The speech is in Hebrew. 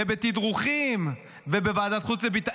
ובתדרוכים ובוועדת החוץ והביטחון,